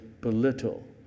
belittle